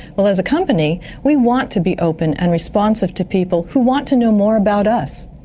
well, as a company we want to be open and responsive to people who want to know more about us.